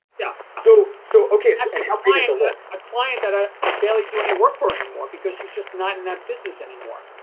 yeah so so okay, so and how big is the list? a client that i i barely do any work for anymore because she's just not in that business anymore,